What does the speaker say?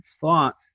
thought